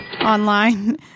online